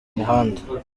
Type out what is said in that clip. muhanda